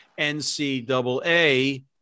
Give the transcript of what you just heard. NCAA